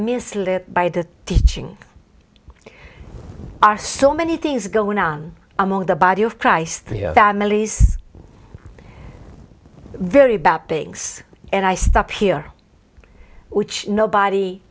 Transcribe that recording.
misled by the teaching are so many things going on among the body of christ families very bad things and i stop here which nobody